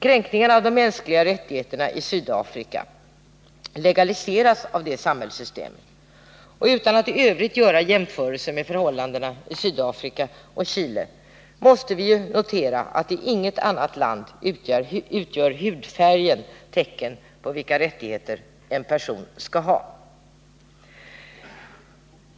Kränkningarna av de mänskliga rättigheterna i Sydafrika legaliseras av det samhällssystemet, och utan att i övrigt göra jämförelser mellan förhållanden i södra Afrika och Chile måste vi notera att ingen annanstans utgör hudfärgen tecken på vilka rättigheter en person skall ha.